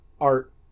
art